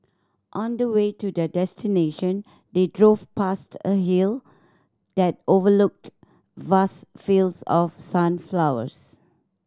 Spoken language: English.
on the way to their destination they drove past a hill that overlooked vast fields of sunflowers